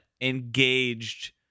engaged